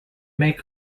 make